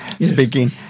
speaking